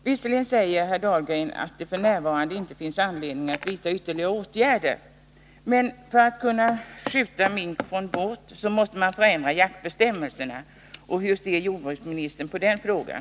Visserligen säger jordbruksminister Dahlgren, att det f. n. inte finns anledning att vidta ytterligare åtgärder, men för att kunna skjuta mink från båt måste man förändra jaktbestämmelserna. Hur ser jordbruksministern på den frågan?